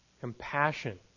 Compassion